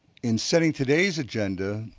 in setting today's agenda,